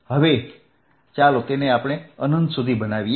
હવે ચાલો હું તેને અનંત સુધી બનાવું